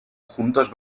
juntos